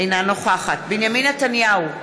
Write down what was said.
אינה נוכחת בנימין נתניהו,